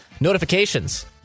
notifications